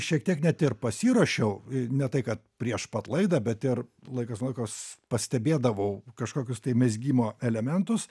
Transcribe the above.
šiek tiek net ir pasiruošiau ne tai kad prieš pat laidą bet ir laikas nuo laiko s pastebėdavau kažkokius tai mezgimo elementus